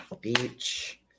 beach